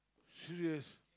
serious